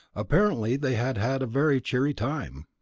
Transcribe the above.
apparently they had had a very cheery time.